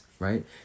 Right